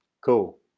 Cool